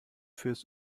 fürs